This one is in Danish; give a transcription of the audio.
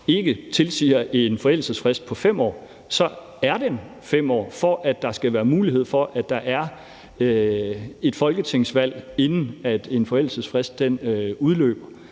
ikke tilsiger en forældelsesfrist på 5 år, så er den på 5 år, for at der skal være mulighed for, at der er et folketingsvalg, inden en forældelsesfrist udløber.